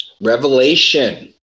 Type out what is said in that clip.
Revelation